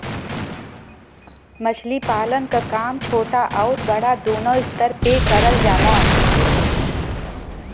मछली पालन क काम छोटा आउर बड़ा दूनो स्तर पे करल जाला